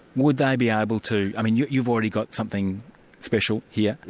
would they be able to i mean you've you've already got something special here,